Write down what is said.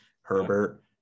Herbert